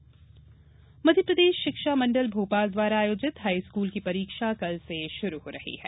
high school परीक्षा मध्यप्रदेश शिक्षा मंडल भोपाल द्वारा आयोजित हाईस्कूल की परीक्षा कल से शुरू हो रही हैं